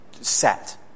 set